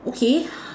okay